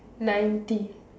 ninety